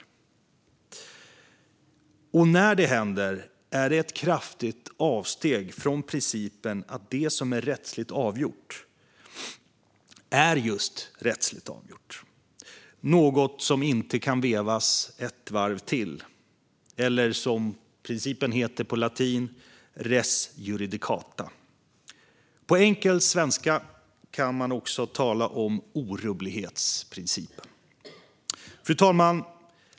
Och när det händer är det ett kraftigt avsteg från principen att det som är rättsligt avgjort är just rättsligt avgjort och något som inte kan vevas ett varv till eller, som principen heter på latin, res juridicata. På enkel svenska kan man också tala om orubblighetsprincipen. Fru talman!